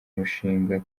mushinga